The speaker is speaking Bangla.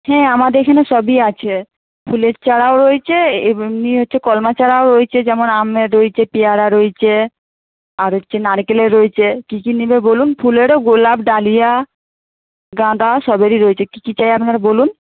হ্যাঁ আমাদের এখানে সবই আছে ফুলের চারাও রয়েছে এমনি হচ্ছে কলমা চারাও রয়েছে যেমন আমের রয়েছে পেয়ারা রয়েছে আর হচ্ছে নারকেলের রয়েছে কী কী নেবে বলুন ফুলেরও গোলাপ ডালিয়া গাঁদা সবেরই রয়েছে কী কী চাই আপনার বলুন